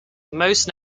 most